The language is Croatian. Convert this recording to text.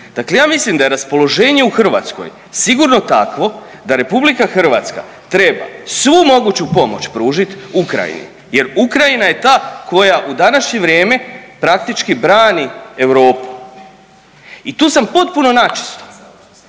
Dakle ja mislim da je raspoloženje u Hrvatskoj sigurno takvo da RH treba svu moguću pomoć pružiti Ukrajini jer Ukrajina je ta koja u današnje vrijeme praktički brani Europu i tu sam potpuno načisto,